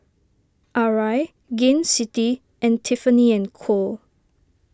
Arai Gain City and Tiffany and Co